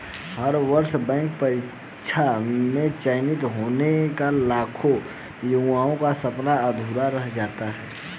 हर वर्ष बैंक परीक्षा में चयनित होने का लाखों युवाओं का सपना अधूरा रह जाता है